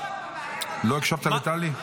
לא הקשבת לטלי?